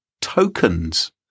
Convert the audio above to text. tokens